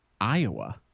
Iowa